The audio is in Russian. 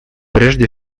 прежде